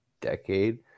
decade